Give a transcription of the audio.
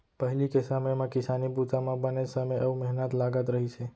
पहिली के समे म किसानी बूता म बनेच समे अउ मेहनत लागत रहिस हे